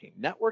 Networking